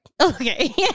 Okay